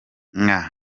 nka